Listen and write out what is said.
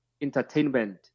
Entertainment